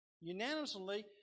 unanimously